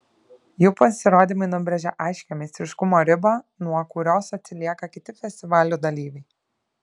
jų pasirodymai nubrėžia aiškią meistriškumo ribą nuo kurios atsilieka kiti festivalių dalyviai